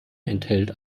enthält